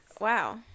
Wow